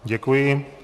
Děkuji.